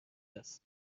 است